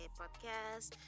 podcast